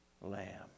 Lamb